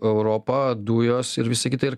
europa dujos ir visa kita ir